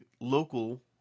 local